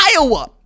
Iowa